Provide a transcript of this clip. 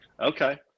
Okay